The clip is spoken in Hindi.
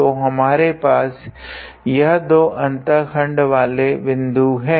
तो हमारे पास यह दो अन्तःखंड वाले बिन्दुं है